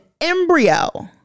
embryo